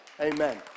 Amen